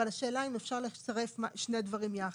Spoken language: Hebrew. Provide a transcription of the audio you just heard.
אבל השאלה אם אפשר לצרף שני דברים יחד,